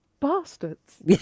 Bastards